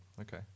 Okay